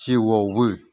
जिउआवबो